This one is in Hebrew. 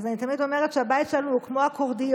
אז אני תמיד אומרת שהבית שלנו הוא כמו אקורדיון.